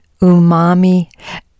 umami